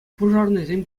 пушарнӑйсем